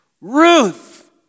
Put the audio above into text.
Ruth